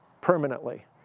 permanently